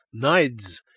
Nides